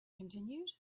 continued